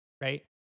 right